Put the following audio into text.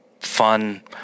fun